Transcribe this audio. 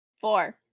four